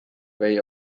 või